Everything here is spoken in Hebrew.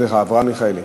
סליחה, אברהם מיכאלי.